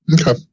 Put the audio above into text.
Okay